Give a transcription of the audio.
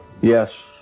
yes